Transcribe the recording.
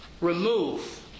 remove